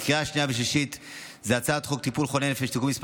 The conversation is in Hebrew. לקריאה שנייה ושלישית היא הצעת חוק טיפול בחולי נפש (תיקון מס'